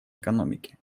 экономики